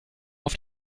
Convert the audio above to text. auf